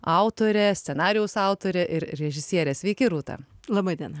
autorė scenarijaus autorė ir režisierė sveiki rūta laba diena